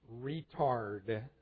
retard